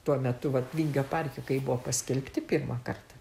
tuo metu vat vingio parke kai buvo paskelbti pirmą kartą